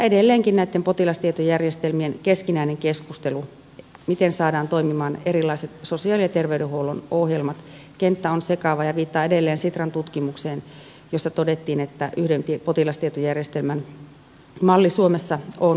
edelleenkin näitten potilastietojärjestelmien keskinäinen keskustelu se miten saadaan toimimaan erilaiset sosiaali ja terveydenhuollon ohjelmat siinä kenttä on sekava ja viittaan edelleen sitran tutkimukseen jossa todettiin että yhden potilastietojärjestelmän malli suomessa on mahdollinen